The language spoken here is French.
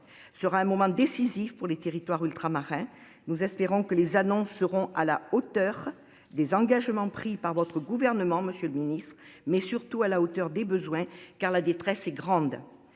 sera un moment décisif pour les territoires ultramarins. Nous espérons que les annonces seront à la hauteur des engagements pris par votre gouvernement. Monsieur le Ministre, mais surtout à la hauteur des besoins. Car la détresse est grande.